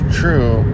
true